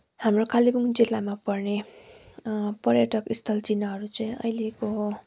हाम्रो कालिम्पोङ जिल्लामा पर्ने पर्यटक स्थल चिह्नहरू चाहिँ अहिलेको